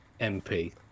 mp